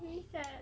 me sad